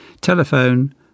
Telephone